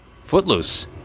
Footloose